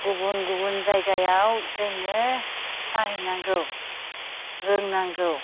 गुबुन गुबुन जायगायाव जोङो खिनथाहैनांगौ रोंनांगौ